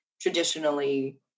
traditionally